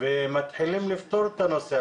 ומתחילים לפתור את הנושא?